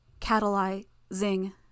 catalyzing